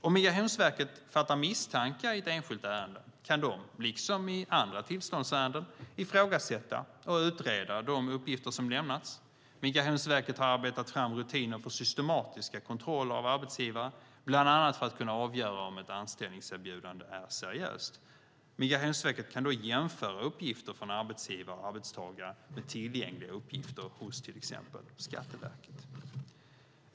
Om Migrationsverket fattar misstankar i det enskilda ärendet kan de dock liksom i andra tillståndsärenden ifrågasätta och utreda de uppgifter som lämnats. Migrationsverket har arbetat fram rutiner för systematiska kontroller av arbetsgivare, bland annat för att kunna avgöra om ett anställningserbjudande är seriöst. Migrationsverket kan då jämföra uppgifter från arbetsgivare och arbetstagare med tillgängliga uppgifter hos till exempel Skatteverket.